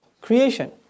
Creation